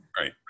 Right